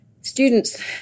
students